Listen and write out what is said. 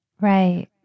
Right